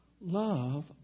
love